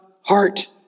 heart